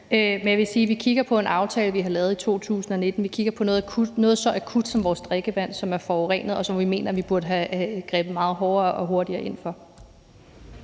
Men jeg vil sige, at vi kigger på en aftale, vi har lavet i 2019, og at vi kigger på noget så akut som vores drikkevand, som er forurenet, og det mener vi at vi burde have grebet meget hårdere og hurtigere ind over